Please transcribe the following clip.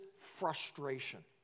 frustration